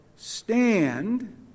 stand